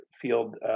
field